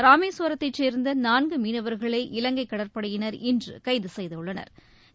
ராமேஸ்வரத்தைச் சேர்ந்த நான்கு மீனவர்களை இலங்கை கடற்படையினர் இன்று கைது செய்துள்ளனா்